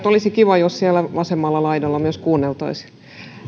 olisi kiva jos myös siellä vasemmalla laidalla kuunneltaisiin